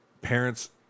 parents